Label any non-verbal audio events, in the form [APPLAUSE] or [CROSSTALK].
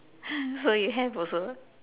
[LAUGHS] so you have also